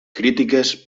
crítiques